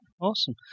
Awesome